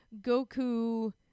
Goku